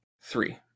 three